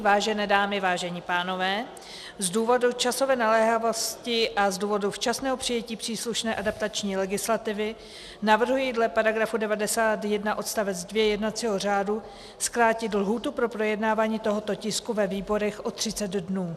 Vážené dámy, vážení pánové, z důvodu časové naléhavosti a z důvodu včasného přijetí příslušné adaptační legislativy navrhuji dle § 91 odst. 2 jednacího řádu zkrátit lhůtu pro projednávání tohoto tisku ve výborech o 30 dnů.